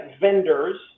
vendors